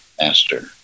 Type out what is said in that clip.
master